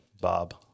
Bob